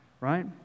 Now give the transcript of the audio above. Right